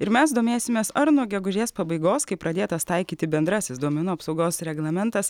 ir mes domėsimės ar nuo gegužės pabaigos kai pradėtas taikyti bendrasis duomenų apsaugos reglamentas